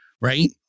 right